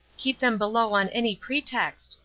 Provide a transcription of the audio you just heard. keep them below on any pretext.